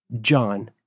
John